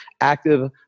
active